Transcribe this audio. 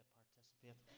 participate